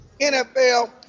nfl